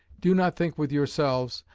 do not think with yourselves,